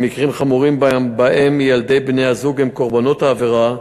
במקרים חמורים שבהם ילדי בני-זוג הם קורבנות העבירה,